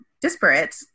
disparate